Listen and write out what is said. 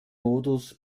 modus